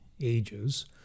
ages